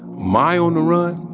my on the run,